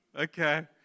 Okay